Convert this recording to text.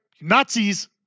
Nazis